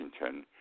Washington